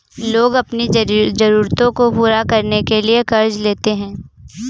लोग अपनी ज़रूरतों को पूरा करने के लिए क़र्ज़ लेते है